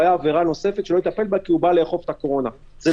בוודאי עבירות קורונה ועבירות שיבוש נלוות,